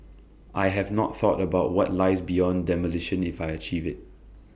I have not thought about what lies beyond demolition if I achieve IT